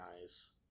nice